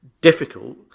difficult